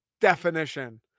definition